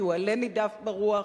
כי הוא עלה נידף ברוח,